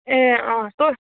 ए अँ तँ